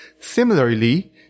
Similarly